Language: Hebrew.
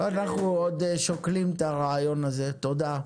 אנחנו עוד שוקלים את הרעיון הזה תודה,